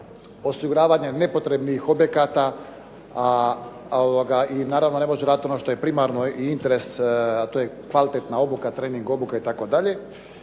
osiguravanjem nepotrebnih objekata i naravno ne može raditi ono što je primarno i interes, a to je kvalitetna obuka, trening obuka itd.